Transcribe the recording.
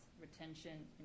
retention